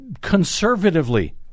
conservatively